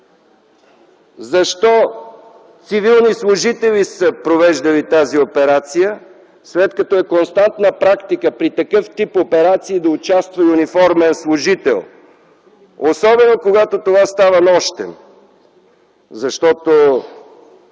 Защо цивилни служители са провеждали тази операция, след като е константна практика при такъв тип операции да участва и униформен служител, особено когато това става нощем? Защото